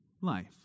life